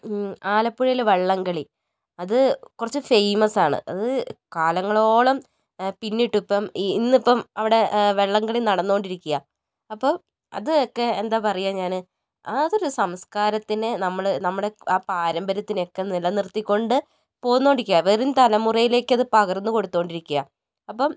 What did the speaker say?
ആലപ്പുഴയിലേ വള്ളംകളി അത് കുറച്ച് ഫേയ്മസ് ആണ് അത് കാലങ്ങളോളം പിന്നിട്ടു ഇപ്പം ഇന്നിപ്പം അവിടെ വെള്ളം കളി നടന്നുകൊണ്ടിരിക്കുകയാണ് അപ്പോൾ അതൊക്കേ എന്താ പറയുക ഞാൻ അതൊരു സംസ്കാരത്തിനേ നമ്മൾ നമ്മുടെ ആ പാരമ്പര്യത്തിന് ഒക്കേ നിലനിർത്തി കൊണ്ട് പോന്നുകൊണ്ടിരിക്കാ വരും തലമുറയിലേക്ക് പകർന്നു കൊടുത്തു കൊണ്ടിരിക്കാ അപ്പം